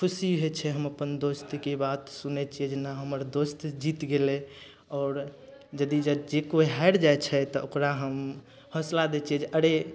खुशी होइ छै हम अपन दोस्तके बात सुनय छियै जे नहि हमर दोस्त जीत गेलय आओर यदि जे कोइ हारि जाइ छै तऽ ओकरा हम हौसला दै छियै जे अरे